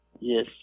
Yes